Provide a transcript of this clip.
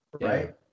right